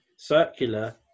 circular